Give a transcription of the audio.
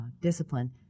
discipline